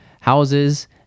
houses